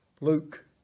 Luke